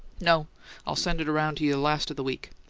no i'll send it around to you last of the week.